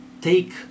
take